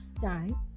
time